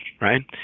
right